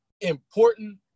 important